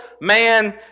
man